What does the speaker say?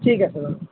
ঠিক আছে বাৰু